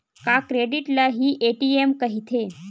का क्रेडिट ल हि ए.टी.एम कहिथे?